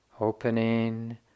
opening